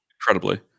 incredibly